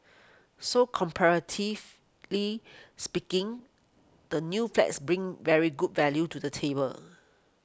so comparatively speaking the new flats bring very good value to the table